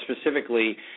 specifically